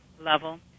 level